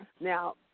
Now